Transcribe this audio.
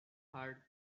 hard